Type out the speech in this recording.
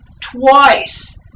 Twice